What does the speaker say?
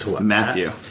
Matthew